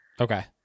okay